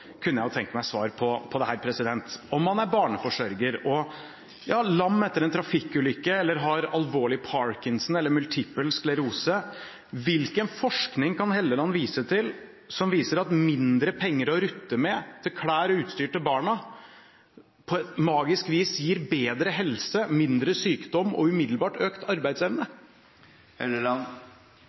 kunne jeg tenkt meg å få et svar på dette: Hvis man er barneforsørger og er lam etter en trafikkulykke, eller har alvorlig Parkinsons sykdom eller multippel sklerose – hvilken forskning kan Helleland vise til som viser at mindre penger å rutte med til klær og utstyr til barna, på magisk vis gir bedre helse, mindre sykdom og umiddelbart økt arbeidsevne?